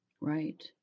Right